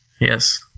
Yes